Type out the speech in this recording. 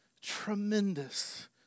tremendous